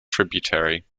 tributary